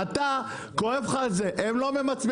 ואתה, כואב לך זה, הם לא ממצמצים.